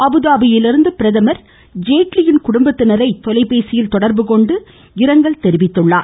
அபுதாபியிலிருந்து பிரதமர் ஜேட்லியின் குடும்பத்தினரை தொலைபேசியில் தொடர்பு கொண்டு இரங்கல் தெரிவித்தார்